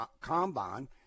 combine